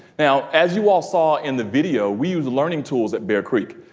now as you all saw in the video, we use learning tools at bear creek.